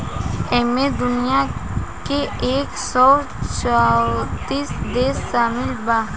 ऐइमे दुनिया के एक सौ चौतीस देश सामिल बा